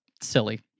silly